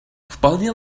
вполне